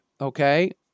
okay